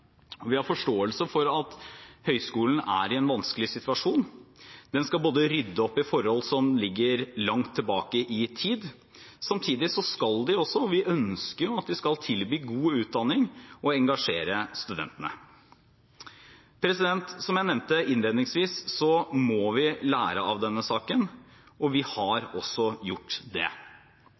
Vi har forståelse for at høyskolen er i en vanskelig situasjon. Den skal rydde opp i forhold som ligger langt tilbake i tid. Samtidig ønsker vi at de skal tilby god utdanning og engasjere studentene. Som jeg nevnte innledningsvis, må vi lære av denne saken, og vi har også gjort det.